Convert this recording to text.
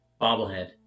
bobblehead